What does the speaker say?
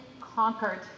conquered